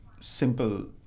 simple